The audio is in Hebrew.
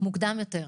מוקדם יותר.